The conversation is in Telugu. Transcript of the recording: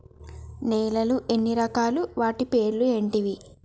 నేలలు ఎన్ని రకాలు? వాటి పేర్లు ఏంటివి?